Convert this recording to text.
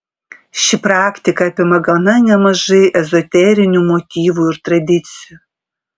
ši praktika apima gana nemažai ezoterinių motyvų ir tradicijų